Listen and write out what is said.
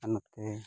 ᱟᱨ ᱱᱚᱛᱮ